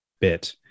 bit